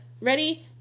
ready